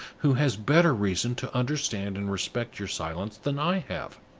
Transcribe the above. who has better reason to understand and respect your silence than i have.